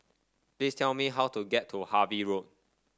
please tell me how to get to Harvey Road